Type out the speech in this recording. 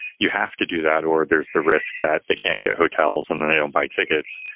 you have to do that or there's the risk that they can't get hotels and then they don't buy tickets.